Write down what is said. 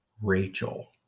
Rachel